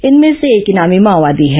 इनमें से एक इनामी माओवादी है